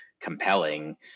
compelling